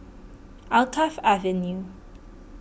Alkaff Avenue